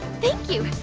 thank you,